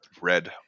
red